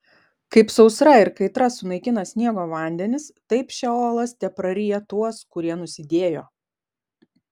kaip sausra ir kaitra sunaikina sniego vandenis taip šeolas tepraryja tuos kurie nusidėjo